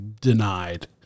denied